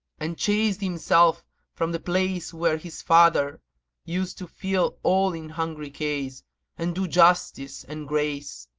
and chased himself from the place where his father used to fill all in hungry case and do justice and grace?